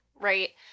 right